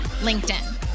LinkedIn